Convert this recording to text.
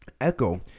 ECHO